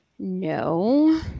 No